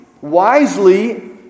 wisely